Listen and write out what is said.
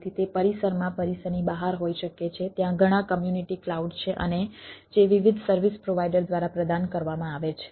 તેથી તે પરિસરમાં પરિસરની બહાર હોઈ શકે છે ત્યાં ઘણા કમ્યુનિટી ક્લાઉડ છે અને જે વિવિધ સર્વિસ પ્રોવાઈડર દ્વારા પ્રદાન કરવામાં આવે છે